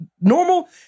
normal